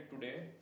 today